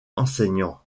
enseignant